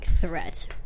threat